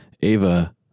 Ava